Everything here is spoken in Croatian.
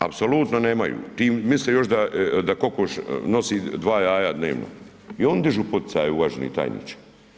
Apsolutno nemaju, misle još da kokoš nosi 2 jaja dnevno i oni dižu poticaje, uvaženi tajniče.